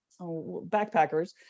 backpackers